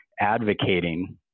advocating